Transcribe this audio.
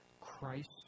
Christ